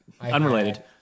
Unrelated